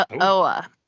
Oa